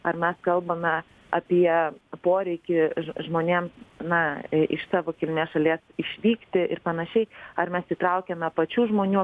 ar mes kalbame apie poreikį ž žmonėms na i iš savo kilmės šalies išvykti ir panašiai ar mes įtraukiame pačių žmonių